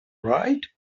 right